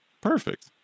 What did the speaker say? perfect